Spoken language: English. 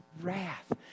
wrath